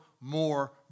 more